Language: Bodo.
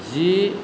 जि